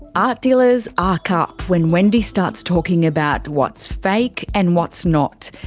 art dealers arc up when wendy starts talking about what's fake and what's not.